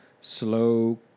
Slow